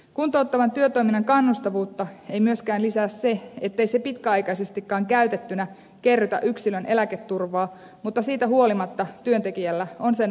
kuntouttavan työtoiminnan kannustavuutta ei myöskään lisää se ettei se pitkäaikaisestikaan käytettynä kerrytä yksilön eläketurvaa mutta siitä huolimatta työntekijällä on sen vastaanottovelvollisuus